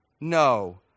No